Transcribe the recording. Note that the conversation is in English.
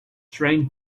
trained